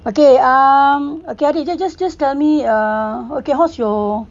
okay um okay just just just tell me err how's your